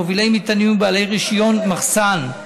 מובילי מטענים ובעלי רישיון מחסן.